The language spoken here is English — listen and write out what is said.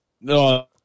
No